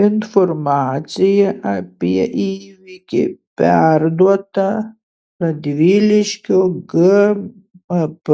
informacija apie įvykį perduota radviliškio gmp